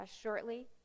shortly